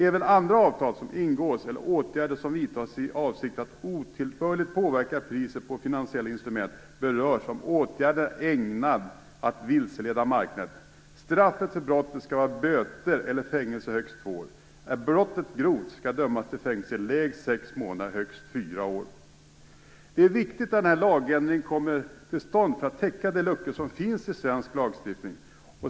Även andra avtal som ingås eller åtgärder som vidtas i avsikt att otillbörligt påverka priset på finansiella instrument berörs om åtgärden är ägnad att vilseleda marknaden. Straffet för brottet skall vara böter eller fängelse i högst två år. Är brottet grovt skall dömas till fängelse i lägst sex månader och högst fyra år. Det är viktigt att denna lagändring kommer till stånd för att täcka de luckor som finns i svensk lagstiftning.